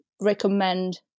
recommend